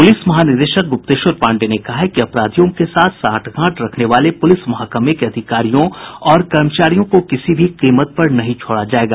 police महानिदेशक गुप्तेश्वर पाण्डेय ने कहा है कि अपराधियों के साथ सांठगांठ रखने वाले पुलिस महकमे के अधिकारियों और कर्मचारियों को किसी भी कीमत पर नहीं छोड़ा जायेगा